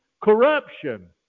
corruption